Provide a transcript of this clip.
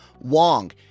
Wong